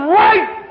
right